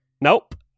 Nope